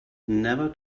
never